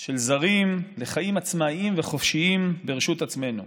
של זרים לחיים עצמאיים וחופשיים ברשות עצמנו.